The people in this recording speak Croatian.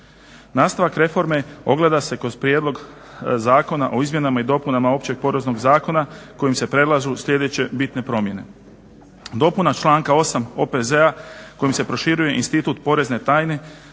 Nastavak reforme ogleda se kroz prijedlog zakona o izmjenama i dopunama Općeg poreznog zakona kojim se predlažu sljedeće bitne promjene: dopuna članka 8. OPZ-a kojim se proširuje institut porezne tajne